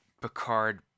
Picard